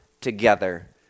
together